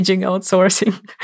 outsourcing